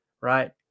right